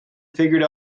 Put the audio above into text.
figured